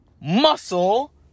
muscle